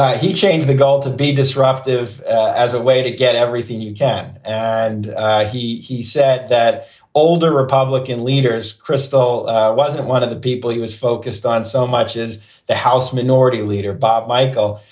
ah he changed the goal to be disruptive as a way to get everything you can. and he he said that older republican leaders, kristol wasn't one of the people he was focused on so much as the house minority leader, bob michael,